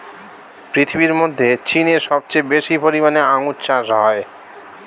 পৃথিবীর মধ্যে চীনে সবচেয়ে বেশি পরিমাণে আঙ্গুর চাষ হয়